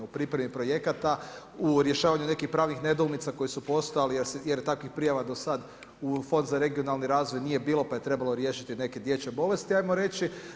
U pripremi projekata, u rješavanju nekih pravnih nedoumica, koji su postojali, jer takvih prijava do sad u fond za regionalni razvoj nije bilo, pa je trebalo riješiti neke dječje bolesti, ajmo reći.